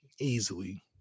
Easily